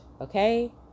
okay